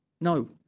No